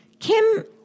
Kim